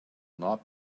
not